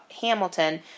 Hamilton